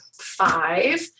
five